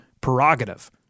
prerogative